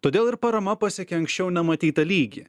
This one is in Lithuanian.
todėl ir parama pasiekė anksčiau nematytą lygį